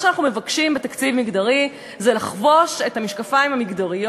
מה שאנחנו מבקשים בתקציב מגדרי זה לחבוש את המשקפיים המגדריים